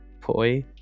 Poi